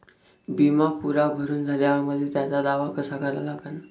बिमा पुरा भरून झाल्यावर मले त्याचा दावा कसा करा लागन?